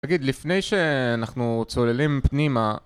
תגיד לפני שאנחנו צוללים פנימה